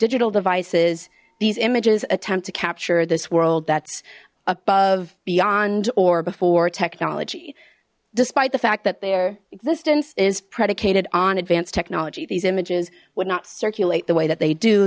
digital devices these images attempt to capture this world that's above beyond or before technology despite the fact that their existence is predicated on advanced technology these images would not circulate the way that they do